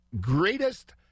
greatest